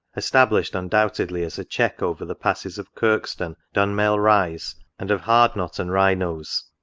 established, undoubtedly, as a check over the passes of kirkstone, dunmail-raise, and of hardknot and wrynose.